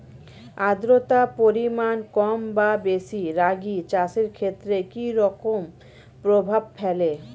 আদ্রতার পরিমাণ কম বা বেশি রাগী চাষের ক্ষেত্রে কি রকম প্রভাব ফেলে?